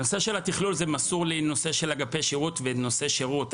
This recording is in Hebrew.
הנושא של התכלול הוא מסור לנושא של אגפי שירות בנושאי שירות.